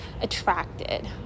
attracted